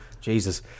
Jesus